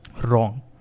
Wrong